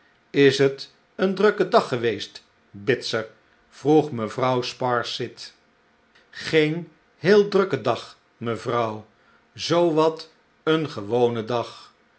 is het een drukke dag geweest bitzer vroeg mevrouw sparsit geen heel drukke dag mevrouw zoo wat een gewone dag